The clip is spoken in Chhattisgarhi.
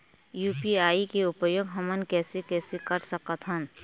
यू.पी.आई के उपयोग हमन कैसे कैसे कर सकत हन?